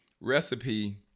recipe